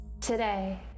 today